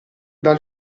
dal